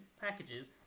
packages